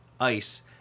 ice